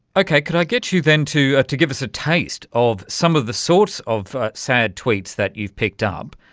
okay, could i get you then to to give us a taste of some of the sorts of sad tweets that you've picked up,